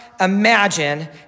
imagine